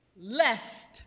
Lest